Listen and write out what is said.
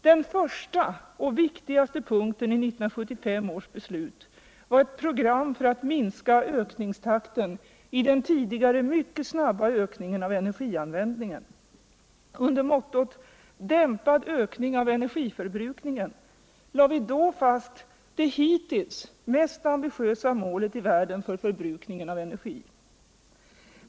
Den första och viktigaste punkten i 1975 års beslut var ett program för att minska takten i den tidigare mycket snabba ökningen av energianvändningen. Under mottot ”Dämpad ökning av energiförbrukningen” lade vid då fast det hittills mest ambitiösa målet i världen för förbrukningen av energi.